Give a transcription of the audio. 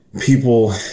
people